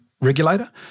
regulator